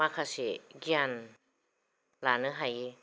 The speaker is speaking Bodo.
माखासे गियान लानो हायो